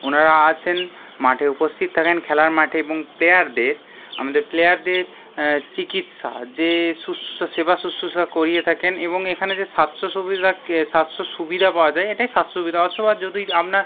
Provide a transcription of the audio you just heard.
ওনারা আসেন মাঠে উপস্থিত থাকেন খেলার মাঠে এবং প্লেয়ারদের আমাদের প্লেয়ারদের চিকিৎসা যে শুশ্রূষা সেবা শুশ্রূষা করিয়ে থাকেন এবং এখানে যে স্বাস্থ্য সুবিধাকে স্বাস্থ্য সুবিধা পাওয়া যায় এটাই স্বাস্থ্য সুবিধা অথবা যদি আপনার